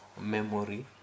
memory